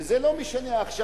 וזה לא משנה עכשיו,